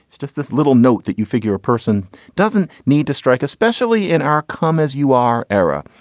it's just this little note that you figure a person doesn't need to strike, especially in our calm as you are era.